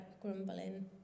grumbling